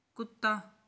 ਕੁੱਤਾ